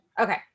Okay